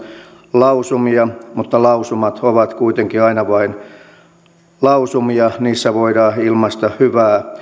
lausumia mutta lausumat ovat kuitenkin aina vain lausumia niissä voidaan ilmaista hyvää